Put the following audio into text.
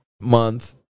month